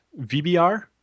VBR